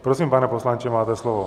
Prosím, pane poslanče, máte slovo.